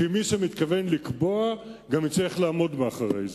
כי מי שמתכוון לקבוע גם צריך לעמוד מאחורי זה.